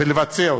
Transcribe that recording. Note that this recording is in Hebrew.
ולבצע אותן.